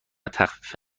تخفیف